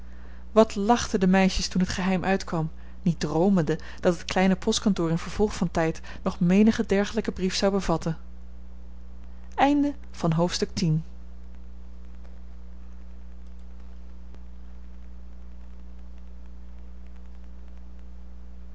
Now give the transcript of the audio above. wat lachten de meisjes toen het geheim uitkwam niet droomende dat het kleine postkantoor in vervolg van tijd nog menigen dergelijken brief zou bevatten hoofdstuk